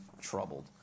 troubled